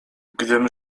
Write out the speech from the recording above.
gdym